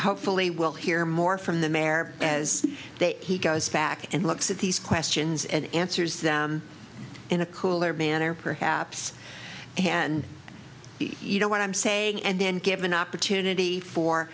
hopefully we'll hear more from the mare as they he goes back and looks at these questions and answers them in a cooler manner perhaps and you know what i'm saying and then give an opportunity for